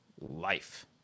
life